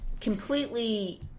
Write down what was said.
completely